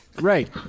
Right